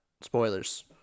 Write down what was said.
Spoilers